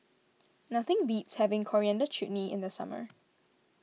nothing beats having Coriander Chutney in the summer